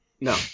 No